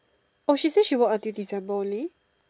oh she say she work until December only